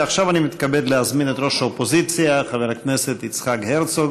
ועכשיו אני מתכבד להזמין את ראש האופוזיציה חבר הכנסת יצחק הרצוג